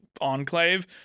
enclave